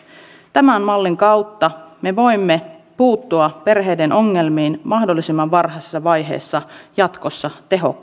tämän mallin kautta me voimme puuttua perheiden ongelmiin mahdollisimman varhaisessa vaiheessa tehokkaammin jatkossa